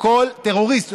או כל טרוריסט,